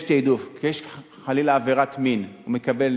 כשיש חלילה עבירת מין, הוא מקבל